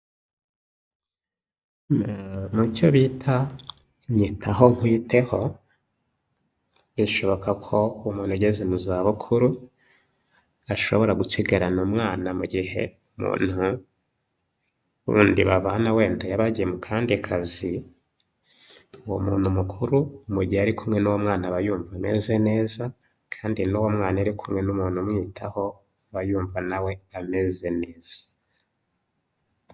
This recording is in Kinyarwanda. Mu cyo bita nyitaho nkwiteho, bishoboka ko umuntu ugeze mu zabukuru ashobora gusigarana umwana mu gihe umuntu wundi babana wenda yaba yagiye mu kandi kazi, uwo muntu mukuru mu gihe ari kumwe n'uwo mwana aba yumva ameze neza, kandi n'uwo mwana iyo ari kumwe n'umuntu umwitaho aba yumva na we ameze neza.